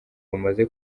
bumaze